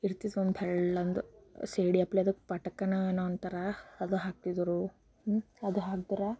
ಒಂದು ತೆಳ್ಳಂದು ಸೇಡಿ ಅಪ್ಲೆದು ಪಟ್ಕನ ಏನೋ ಒಂಥರ ಅದು ಹಾಕ್ತಿದ್ದರು ಅದು ಹಾಕ್ದ್ರೆ